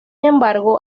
embargo